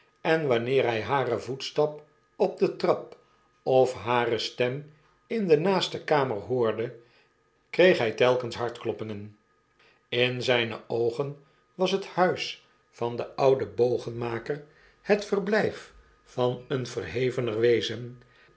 en wanneer hij haren voetstap op de trap of hare stem in denaaste kamer hoorde kreeg hjj telkens hartkloppingen in zijne oogen was het huis van den ouden bogenmaker het verbljjf van een verhevener wezen